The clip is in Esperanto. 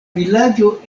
vilaĝo